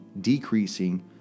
decreasing